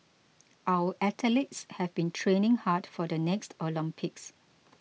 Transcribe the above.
our athletes have been training hard for the next Olympics